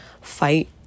fight